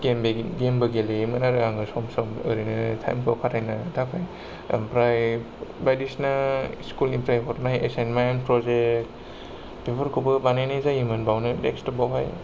गेमबो गेमबो गेलेयोमोन आरो आं सम सम ओरैनो टाइमखौ खाथाइनो थाखाय ओमफ्राय बायदिसिना स्कुलनिफ्राय हरनाय एसाइनमेन्ट प्रजेक्ट बेफोरखौबो बानायनाय जायोमोन बावनो देक्सटपावहाय